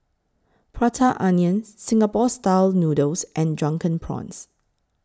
Prata Onion Singapore Style Noodles and Drunken Prawns